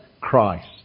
Christ